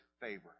favor